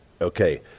Okay